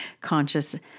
conscious